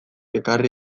ekarri